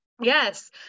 Yes